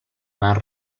mar